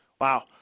Wow